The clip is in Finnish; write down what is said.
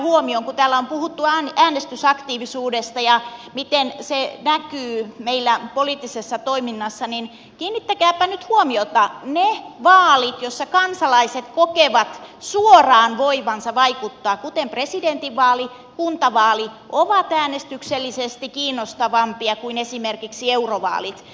kun täällä on puhuttu äänestysaktiivisuudesta ja siitä miten se näkyy meillä poliittisessa toiminnassa niin kiinnittäkääpä nyt huomiota siihen että ne vaalit joissa kansalaiset kokevat suoraan voivansa vaikuttaa kuten presidentinvaali ja kuntavaali ovat äänestyksellisesti kiinnostavampia kuin esimerkiksi eurovaalit